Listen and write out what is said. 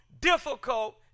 difficult